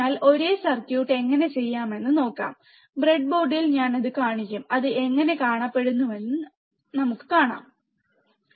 അതിനാൽ ഒരേ സർക്യൂട്ട് എങ്ങനെ ചെയ്യാമെന്ന് നോക്കാം ബ്രെഡ്ബോർഡിൽ ഞാൻ അത് കാണിക്കും അത് എങ്ങനെ കാണപ്പെടുന്നുവെന്ന് ഞങ്ങൾ കാണും